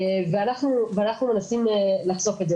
ואנחנו מנסים לחסוך את זה.